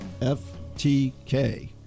FTK